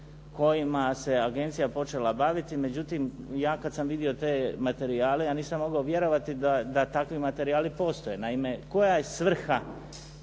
kojima se agencija počela baviti, međutim, ja kada sam vidio te materijale, ja nisam mogao vjerovati da takvi materijali postoje. Naime koja je svrha